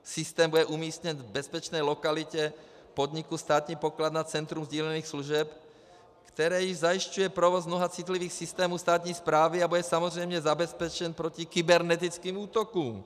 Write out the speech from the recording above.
Systém bude umístěn v bezpečné lokalitě podniku Státní pokladna Centrum sdílených služeb, který již zajišťuje provoz mnoha citlivých systémů státní správy, a bude samozřejmě zabezpečen proti kybernetickým útokům.